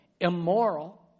immoral